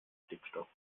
stickstoff